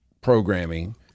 programming